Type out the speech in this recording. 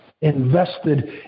invested